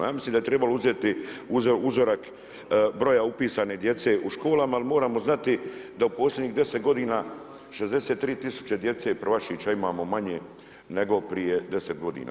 Ja mislim da je trebalo uzeti uzorak broja upisane djece u školama jer moramo znati da u posljednjih 10 godina 63 tisuća djece prvašića imamo manje nego prije 10 godina.